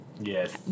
Yes